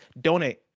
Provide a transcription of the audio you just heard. Donate